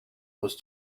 was